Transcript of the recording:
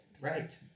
right